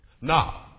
Now